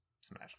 Smash